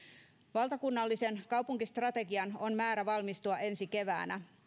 valtakunnallisen kaupunkistrategian on määrä valmistua ensi keväänä